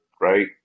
right